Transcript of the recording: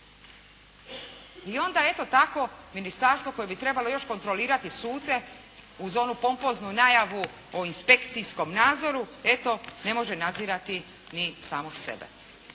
I onda eto tako, ministarstvo koje bi još trebalo kontrolirati suce uz onu pompoznu najavu o inspekcijskom nadzoru eto, ne može nadzirati ni samo sebe,